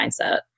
mindset